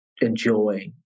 enjoy